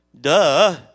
Duh